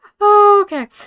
Okay